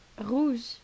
rouge